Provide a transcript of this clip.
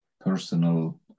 personal